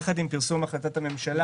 יחד עם פרסום החלטת הממשלה,